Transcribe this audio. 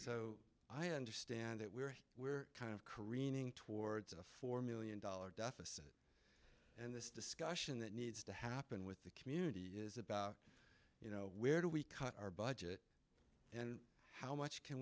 so i understand that we're we're kind of careening towards a four million dollars deficit this discussion that needs to happen with the community is about you know where do we cut our budget and how much can